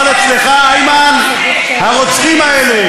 אבל אצלך, איימן, הרוצחים האלה,